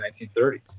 1930s